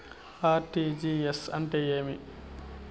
RTGS అంటే ఏమి?